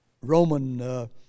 Roman